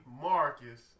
Marcus